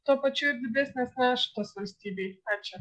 tuo pačiu ir didesnės naštos valstybei ačiū